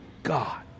God